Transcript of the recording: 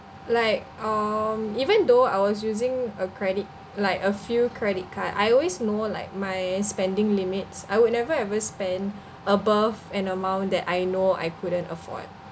like um even though I was using a credit like a few credit card I always know like my spending limits I would never ever spend above an amount that I know I couldn't afford